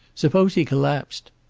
suppose he collapsed?